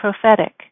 prophetic